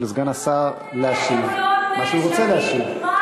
סגן השר להשיב את מה שהוא רוצה להשיב.